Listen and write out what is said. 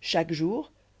pour cela